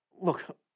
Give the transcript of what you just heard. look